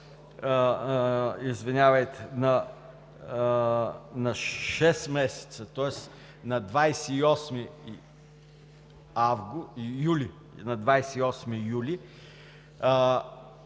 на 6 месеца, тоест на 28 юли,